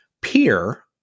Peer